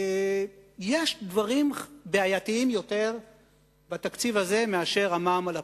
יש דברים בעייתיים יותר בתקציב הזה מאשר המע"מ על הפירות,